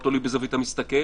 תלוי מאיזו זווית אתה מסתכל,